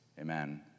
Amen